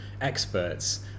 experts